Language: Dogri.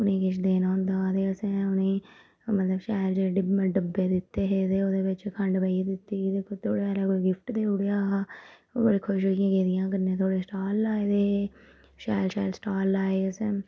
उ'नेंगी किश देना होंदा आखदे असें उ'नेंगी मतलब शैल जेह्ड़े डिबे डब्बे दित्ते हे ते ओह्दे बिच्च खंड पाइयै दित्ती ते थोह्ड़ा हारा कोई गिफ्ट देई ओड़ेआ हा ओह् बड़ी खुश होइयै गेदी हियां कन्नै थोह्ड़े स्टाल लाए दे हे शैल शैल स्टाल लाए दे असें